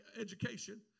education